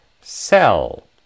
sell